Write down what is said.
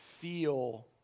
feel